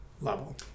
level